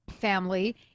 family